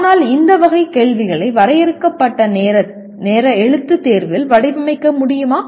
ஆனால் இந்த வகை கேள்விகளை வரையறுக்கப்பட்ட நேர எழுத்துத் தேர்வில் வடிவமைக்க முடியுமா